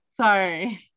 sorry